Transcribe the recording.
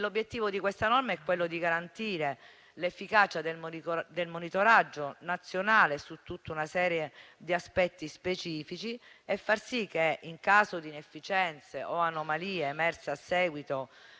L'obiettivo di questa norma è garantire l'efficacia del monitoraggio nazionale su tutta una serie di aspetti specifici e far sì che, in caso di inefficienze o anomalie emerse a seguito